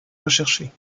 recherchés